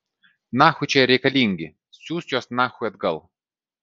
nachui jie čia reikalingi siųst juos nachui atgal